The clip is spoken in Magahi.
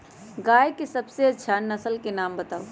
गाय के सबसे अच्छा नसल के नाम बताऊ?